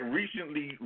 recently